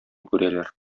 күрәләр